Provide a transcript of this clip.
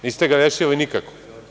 Niste ga rešili nikako.